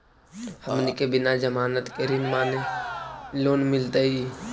हमनी के बिना जमानत के ऋण माने लोन मिलतई?